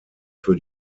für